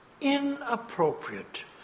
inappropriate